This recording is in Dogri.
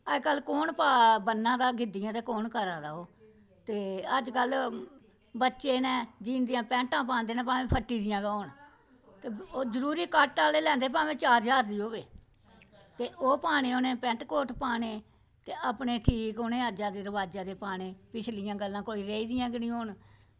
अजकल्ल कु'न बन्ना दा गिद्दियां ते कु'न बन्ना दा ओह् ते अजकल्ल बच्चे न जिंदियां पैंटां पांदे चाहे फट्टी दि'यां कीऽ निं होन ओह् जरूरी कट आह्ली लैंदे चाहे चार ज्हार दी होऐ ते ओह् पानी उनें पैंट कोट पानी उनें ते अपने ठीक उनें अज्जै दे रवाजे दे पाने पिच्छलियां गल्लां कोई रेही दि'यां निं होन